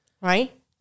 Right